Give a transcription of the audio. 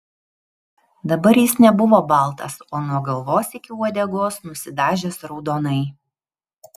dabar jis nebuvo baltas o nuo galvos iki uodegos nusidažęs raudonai